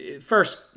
First